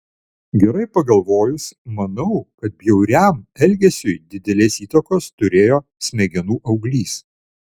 gerai pagalvojus manau kad bjauriam elgesiui didelės įtakos turėjo smegenų auglys